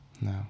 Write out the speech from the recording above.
No